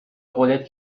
قولت